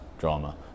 drama